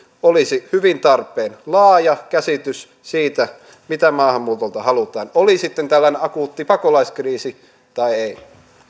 olisi hyvin tarpeen laaja käsitys siitä mitä maahanmuutolta halutaan oli sitten tällainen akuutti pakolaiskriisi tai ei